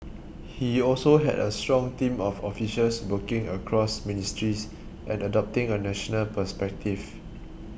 he also had a strong team of officials working across ministries and adopting a national perspective